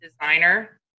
designer